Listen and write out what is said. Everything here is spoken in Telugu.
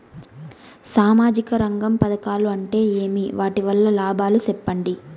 సామాజిక రంగం పథకాలు అంటే ఏమి? వాటి వలన లాభాలు సెప్పండి?